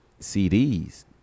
CDs